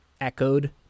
echoed